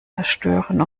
zerstören